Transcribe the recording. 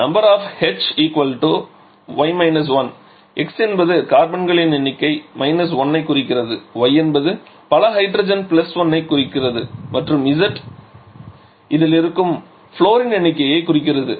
of H y − 1 x என்பது கார்பன்களின் எண்ணிக்கை 1 ஐ குறிக்கிறது y என்பது பல ஹைட்ரஜன் 1 ஐ குறிக்கிறது மற்றும் z இதில் இருக்கும் ஃப்ளோரின் எண்ணிக்கையை குறிக்கிறது